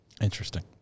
Interesting